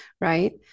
right